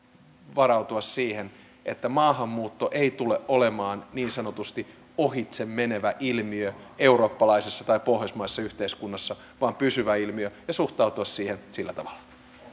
varautua siihen että maahanmuutto ei tule olemaan niin sanotusti ohitse menevä ilmiö eurooppalaisessa tai pohjoismaisessa yhteiskunnassa vaan pysyvä ilmiö ja suhtautua siihen sillä tavalla